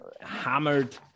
hammered